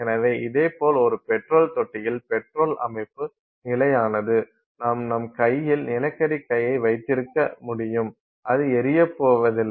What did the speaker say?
எனவே இதேபோல் ஒரு பெட்ரோல் தொட்டியில் பெட்ரோல் அமைப்பு நிலையானது நாம் நம் கையில் நிலக்கரி கையை வைத்திருக்க முடியும் அது எரியப்போவதில்லை